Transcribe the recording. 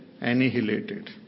annihilated